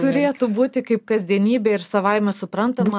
turėtų būti kaip kasdienybė ir savaime suprantama